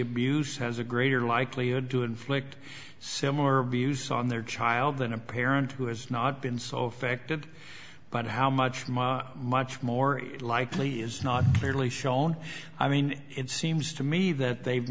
abuse has a greater likelihood to inflict similar abuse on their child than a parent who has not been so affected but how much my much more likely is not clearly shown i mean it seems to me that they've